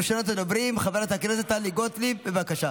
ראשונת הדוברים, חברת הכנסת טלי גוטליב, בבקשה.